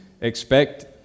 expect